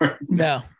No